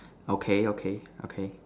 okay okay okay